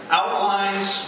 outlines